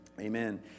Amen